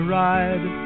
ride